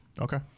Okay